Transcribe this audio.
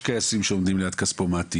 יש כייסים שעומדים ליד כספומטים.